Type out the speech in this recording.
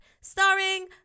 starring